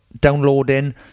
downloading